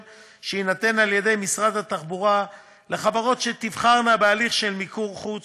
שיינתן על-ידי משרד התחבורה לחברות שתיבחרנה בהליך של מיקור חוץ,